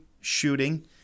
shooting